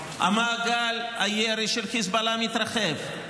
מעגל הירי של חיזבאללה מתרחב,